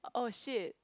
oh shit